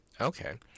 Okay